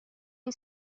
این